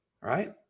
right